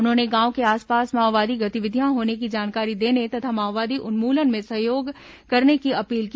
उन्होंने गांव के आसपास माओवादी गतिविधियां होने की जानकारी देने तथा माओवादी उन्मूलन में सहयोग करने की अपील की